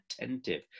attentive